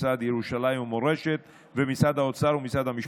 משרד ירושלים ומורשת ומשרד האוצר ומשרד המשפטים.